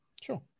sure